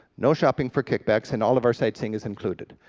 no shopping for kickbacks, and all of our sightseeing is included.